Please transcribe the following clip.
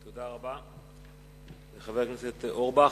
תודה רבה, חבר הכנסת אורבך.